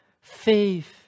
faith